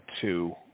two